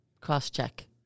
Cross-check